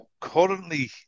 currently